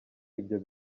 ibyo